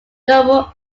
noble